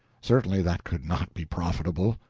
certainly that could not be profitable.